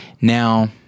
Now